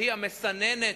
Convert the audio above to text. שהיא המסננת.